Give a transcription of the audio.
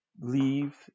leave